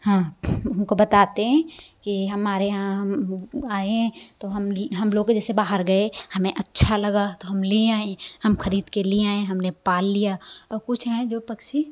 हाँ उनको बताते हैं कि हमारे यहाँ हम आए हैं तो हम हम लोग जैसे बाहर गए हमें अच्छा लगा तो हम ले आऍं हम खरीद के ली आएँ हमने पाल लिया और कुछ हैं जो पक्षी